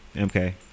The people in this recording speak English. Okay